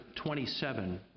27